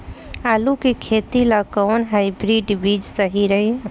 आलू के खेती ला कोवन हाइब्रिड बीज सही रही?